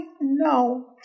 No